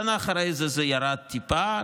בשנה אחרי זה זה ירד טיפה,